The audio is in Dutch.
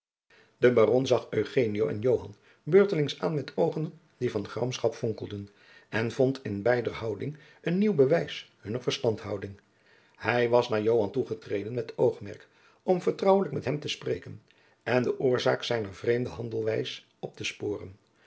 de baron zag eugenio en joan beurtelings aan met oogen die van gramschap vonkelden en vond in beider houding een nieuw bewijs hunner verstandhouding hij was naar joan toegetreden met oogmerk om vertrouwelijk met hem te spreken en de oorzaak zijner vreemde handelwijs op te sporen